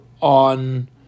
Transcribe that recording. on